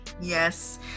Yes